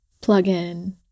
plug-in